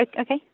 okay